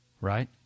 right